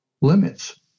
limits